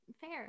fair